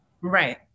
Right